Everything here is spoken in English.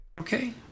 okay